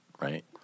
right